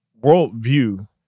worldview